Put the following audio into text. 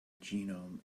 genome